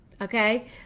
okay